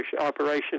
operation